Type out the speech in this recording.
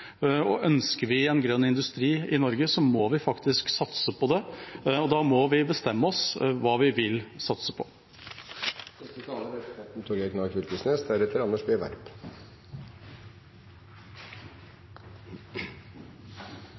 Ønsker vi en grønn industri i Norge, må vi faktisk satse på det. Og da må vi bestemme oss for hva vi vil satse på.